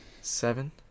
Seven